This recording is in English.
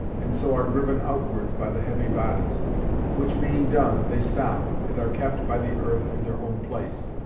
and so are driven outwards by the heavy bodies which being done, they stop, and are kept by the earth in their own place.